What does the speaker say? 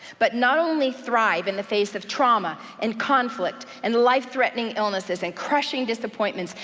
but not only thrive in the face of trauma, and conflict, and life threatening illnesses, and crushing disappointments,